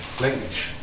language